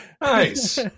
Nice